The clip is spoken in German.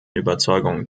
überzeugung